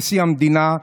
נשיא המדינה,